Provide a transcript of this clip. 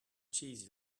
cheese